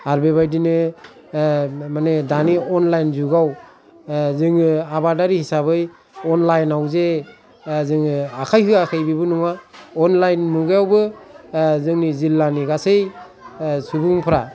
आर बेबादिनो माने दानि अनलाइन जुगाव जोङो आबादारि हिसाबै अनलाइनाव जे जोङो आखाय होयाखै बेबो नङा अनलाइन मुगायावबो जोंनि जिल्लानि गासै सुबुंफ्रा